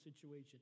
situation